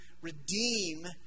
redeem